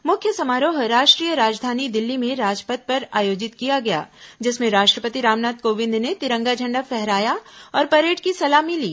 मुख्य समारोह राष्ट्रीय राजधानी दिल्ली में राजपथ पर आयोजित किया गया जिसमें राष्ट्रपति रामनाथ कोविन्द ने तिरंगा झंडा फहराया और परेड की सलामी ली